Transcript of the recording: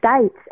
States